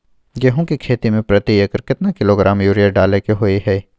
गेहूं के खेती में प्रति एकर केतना किलोग्राम यूरिया डालय के होय हय?